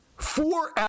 Four